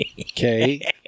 Okay